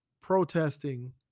protesting